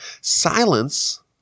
Silence